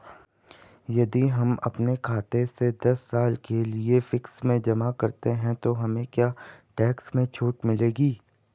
यदि हम अपने खाते से दस साल के लिए फिक्स में जमा करते हैं तो हमें क्या टैक्स में छूट मिलेगी?